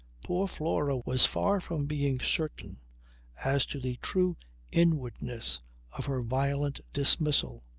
poor flora was far from being certain as to the true inwardness of her violent dismissal.